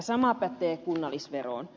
sama pätee kunnallisveroon